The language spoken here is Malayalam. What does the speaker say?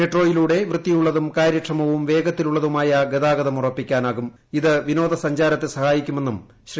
മെട്രോയിലൂടെ വൃത്തിയുള്ളതും കാര്യക്ഷമവും വേഗത്തിലുള്ളതുമായ ഇത് വിനോദസഞ്ചാരത്തെ സഹ്ായിക്കുമെന്നും ശ്രീ